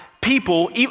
people